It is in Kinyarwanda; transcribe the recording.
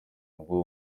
ngo